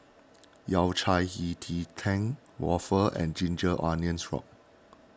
Yao Cai Hei Ji Tang Waffle and Ginger Onions